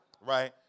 Right